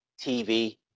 TV